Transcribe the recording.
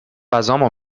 غذامو